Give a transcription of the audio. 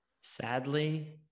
Sadly